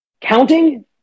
counting